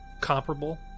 Comparable